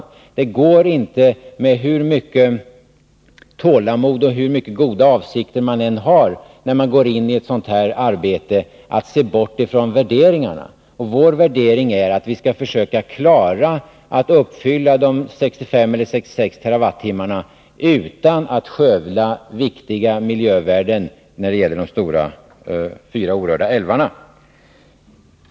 När man går in i ett sådant här arbete går det inte — hur mycket tålamod och goda avsikter man än har —att se bort från värderingarna. Och vår värdering är att vi skall försöka klara av att uppnå de 65 eller 66 TWh utan att skövla viktiga miljövärden när det gäller de fyra stora orörda älvarna.